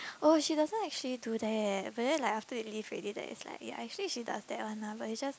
oh she doesn't actually do that but then like after you leave already then it's like ya actually she does that one lah but it's just